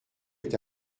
est